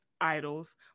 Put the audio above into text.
idols